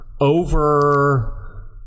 Over